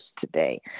today